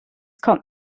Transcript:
kommt